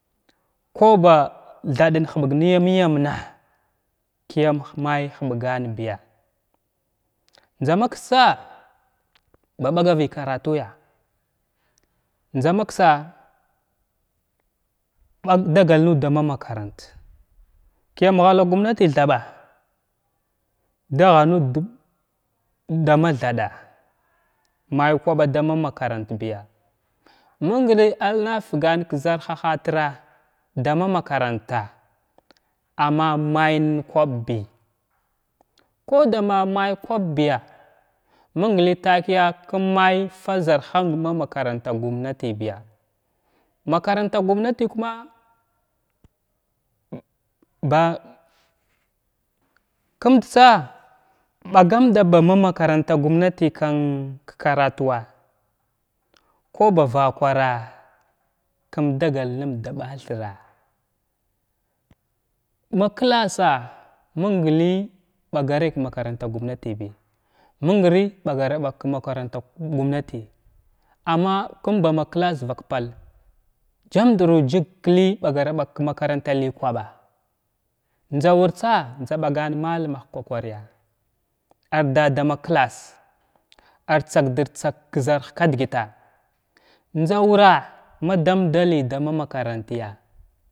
Ku bathɗan huɓgu nəmayam na kəyam may hulɓganbiya njzamakstsa ba gavəy karatuya njzamakasay am dagal nuda dama makaranta kəyam ghall gumnatəy thaɓa dagha nuda dama thda’a may kwaɓa dama makarantbiya məng nəy ar nafagan kzarhahatira dama makaranta amma may nakwabbiya takəya kumay fa zarhamd ma makaranta gumnatibiya makaranta gumnatiya kuma ba kumdtsa ɓaganu da ha makaranta gumnati ka karatuwa kuba vakwara’a kum dagal nəmda da ɓathira ma klassa məng lay ɓagh ray ka makaranta gumnatibiya məng ləy ɓagaraka makaranta gumnatibiya məng ləy ɓagaraɓag ka makaranta gumnati amma kum buma klass vak pal jzumtru jzrd kləy ɓakly ɓagraɓy ka makaranti ləy kwaɓa njza wurtsa njza bagan mahuma hak ka kvakwariya ar dama klass ar tsagtir tsag ka zarah kadəgəta njza wura madam daləy dama makarantiya.